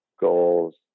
goals